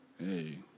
Hey